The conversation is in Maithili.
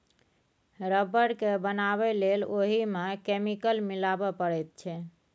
रब्बर केँ बनाबै लेल ओहि मे केमिकल मिलाबे परैत छै